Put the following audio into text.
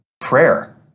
prayer